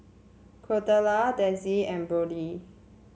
Carlota Denzil and Brody